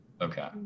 Okay